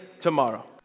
tomorrow